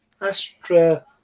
Astra